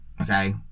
Okay